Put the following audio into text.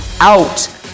out